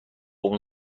اون